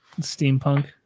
Steampunk